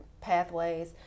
pathways